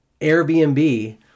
Airbnb